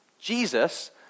Jesus